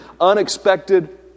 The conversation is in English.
unexpected